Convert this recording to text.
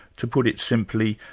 to put it simply,